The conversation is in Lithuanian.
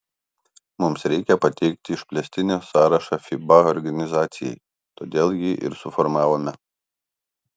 mums reikia pateikti išplėstinį sąrašą fiba organizacijai todėl jį ir suformavome